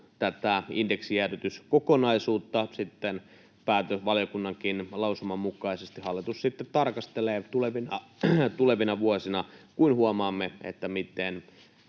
tätä indeksijäädytyskokonaisuutta valiokunnankin lausuman mukaisesti hallitus sitten tarkastelee tulevina vuosina, kun huomaamme, miten